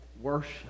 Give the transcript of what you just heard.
worship